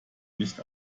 nicht